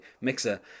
mixer